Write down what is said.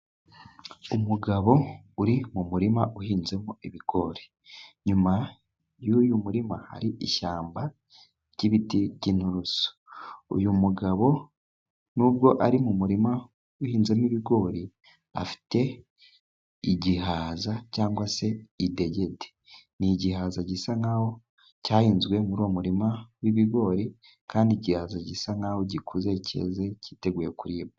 Umugabo uri mu murima uhinzemo ibigori. Nyuma y’uyu murima hari ishyamba ry’ibiti by’inturusu. Uyu mugabo, nubwo ari mu murima uhinzemo ibigori, afite igihaza cyangwa se idegede. Ni igihaza gisa nkaho cyahinzwe muri uwo murima w’ibigori, kandi igihaza gisa nkaho gikuze, cyeze, cyiteguye kuribwa.